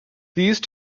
these